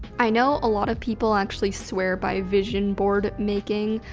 i know a lot of people actually swear by a vision board making.